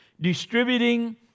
distributing